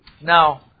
Now